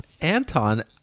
anton